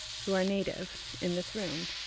who are native in this room,